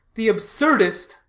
the absurdest.